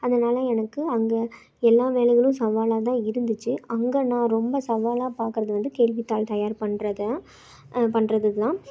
அதனால் எனக்கு அங்கே எல்லா வேலைகளும் சவாலாக தான் இருந்துச்சி அங்கே நான் ரொம்ப சவாலாப் பார்க்கறது வந்து கேள்வித்தாள் தயார் பண்ணுறத்தான் பண்ணுறது தான்